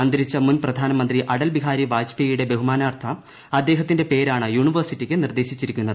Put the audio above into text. അന്തരിച്ച മുൻ പ്രധാനമന്ത്രി അടൽ ബിഹാരി വാജ്പേയിയുടെ ബഹുമാനാർത്ഥം അദ്ദേഹത്തിന്റെ പേരാണ് യൂണിവേഴ്സിറ്റിയ്ക്ക് നിർദ്ദേശിച്ചിരിക്കുന്നത്